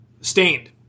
Stained